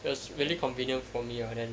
it was really convenient for me ah then